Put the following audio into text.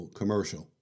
commercial